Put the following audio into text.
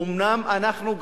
אומנם אנחנו,